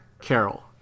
Carol